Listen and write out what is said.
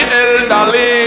elderly